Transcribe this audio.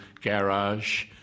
garage